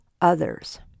others